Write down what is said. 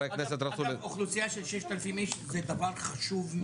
אגב, אוכלוסייה של 6,000 איש זה דבר חשוב מאוד.